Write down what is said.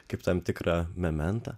kaip tam tikrą mementą